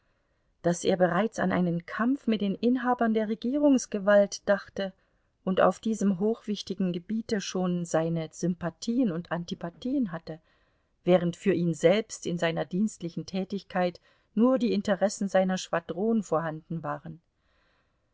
daß er bereits an einen kampf mit den inhabern der regierungsgewalt dachte und auf diesem hochwichtigen gebiete schon seine sympathien und antipathien hatte während für ihn selbst in seiner dienstlichen tätigkeit nur die interessen seiner schwadron vorhanden waren